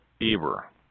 Eber